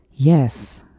Yes